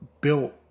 built